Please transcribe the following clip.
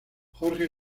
jorge